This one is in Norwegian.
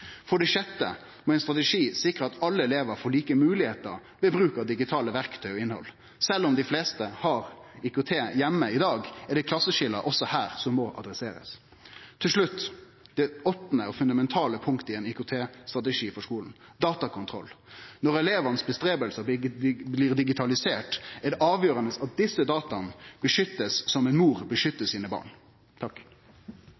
For det sjette må ein strategi sikre at det blir mogleg for alle elevar å bruke digitale verktøy og innhald. Sjølv om dei fleste har IKT heime i dag, er det klasseskilje også her, som må bli tatt tak i. Til slutt det fundamentale punktet i ein IKT-strategi for skulen: datakontroll. Når arbeidet til elevane blir digitalisert, er det avgjerande at desse dataa blir verna som ei mor